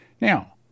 Now